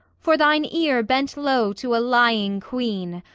for thine ear bent low to a lying queen,